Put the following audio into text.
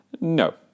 No